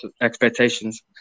expectations